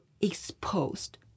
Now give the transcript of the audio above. exposed